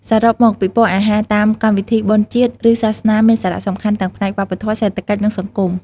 សរុបមក ពិព័រណ៍អាហារតាមកម្មវិធីបុណ្យជាតិឬសាសនាមានសារៈសំខាន់ទាំងផ្នែកវប្បធម៌ សេដ្ឋកិច្ច និងសង្គម។